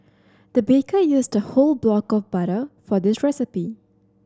the baker used a whole block of butter for this recipe